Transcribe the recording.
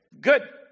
Good